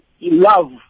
love